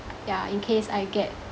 ya in case I get